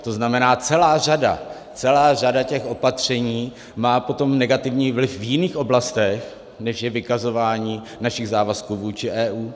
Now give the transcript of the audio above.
To znamená, celá řada těch opatření má potom negativní vliv v jiných oblastech, než je vykazování našich závazků vůči EU.